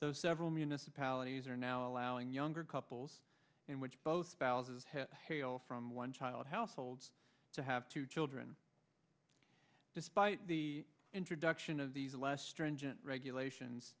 those several municipalities are now allowing younger couples in which both spouses have hail from one child households to have two children despite the introduction of these less stringent regulations